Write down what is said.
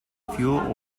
fuel